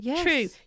true